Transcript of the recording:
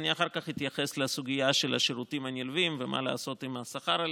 אחר כך אתייחס לסוגיה של השירותים הנלווים ומה לעשות עם השכר עליהם,